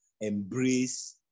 embrace